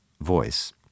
voice